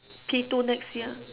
P two next year